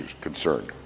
concerned